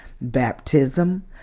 baptism